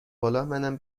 بالامنم